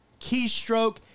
keystroke